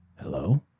Hello